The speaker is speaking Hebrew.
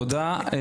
תודה.